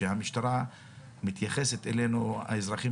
שהמשטרה עדיין לא מתייחסת אלינו האזרחים